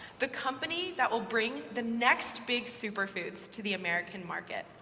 the company that will bring the next big superfoods to the american market.